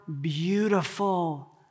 beautiful